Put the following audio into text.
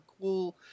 cool